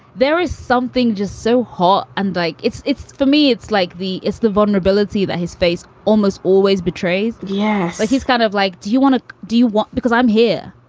there is something just so hot. and like, it's it's for me, it's like the it's the vulnerability that his face almost always betrays. yes. like he's kind of like. do you want to. do you want. because i'm here.